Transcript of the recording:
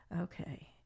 okay